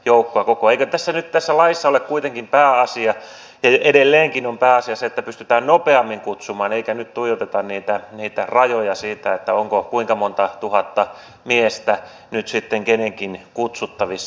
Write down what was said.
eikö tässä laissa nyt ole kuitenkin edelleenkin pääasia se että pystytään nopeammin kutsumaan eikä nyt tuijoteta niitä rajoja siitä kuinka monta tuhatta miestä nyt sitten on kenenkin kutsuttavissa